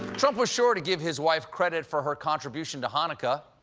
trump was sure to give his wife credit for her contribution to hanukkah.